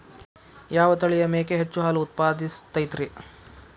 ಯಾವ ತಳಿಯ ಮೇಕೆ ಹೆಚ್ಚು ಹಾಲು ಉತ್ಪಾದಿಸತೈತ್ರಿ?